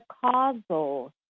causal